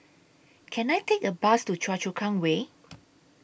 Can I Take A Bus to Choa Chu Kang Way